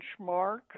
benchmark